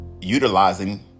utilizing